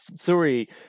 three